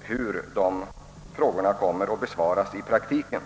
hur dessa frågor kommer att besvaras i praktiken.